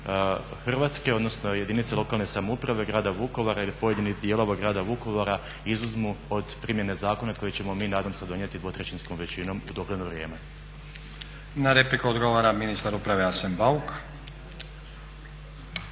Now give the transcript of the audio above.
Hrvatske odnosno jedinice lokalne samouprave, grada Vukovara ili pojedinih dijelova grada Vukovara izuzmu od primjene zakona koje ćemo mi nadam se donijeti dvotrećinskom većinom u dogledno vrijeme. **Stazić, Nenad (SDP)** Na repliku odgovara ministar uprave Arsen Bauk.